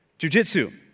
jujitsu